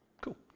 Cool